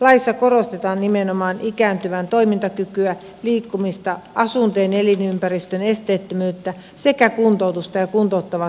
laissa korostetaan nimenomaan ikääntyvän toimintakykyä liikkumista asuntojen ja elinympäristön esteettömyyttä sekä kuntoutusta ja kuntouttavaa työotetta